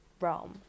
realm